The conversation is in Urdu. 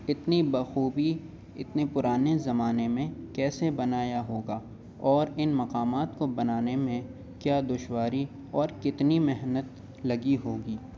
اتنی بخوبی اتنے پرانے زمانے میں کیسے بنایا ہوگا اور ان مقامات کو بنانے میں کیا دشواری اورکتنی محنت لگی ہوگی